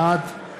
בעד